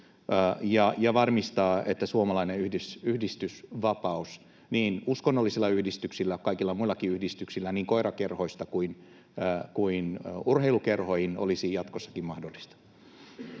ja varmistaa, että suomalainen yhdistysvapaus niin uskonnollisilla yhdistyksillä kuin kaikilla muillakin yhdistyksillä koirakerhoista urheilukerhoihin olisi jatkossakin mahdollista.